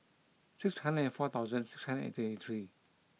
six hundred and four thousand six hundred and twenty three